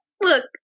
Look